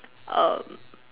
err